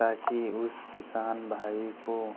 ताकि उस किसान भाई को